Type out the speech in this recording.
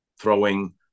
throwing